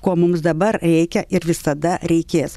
ko mums dabar reikia ir visada reikės